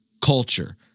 culture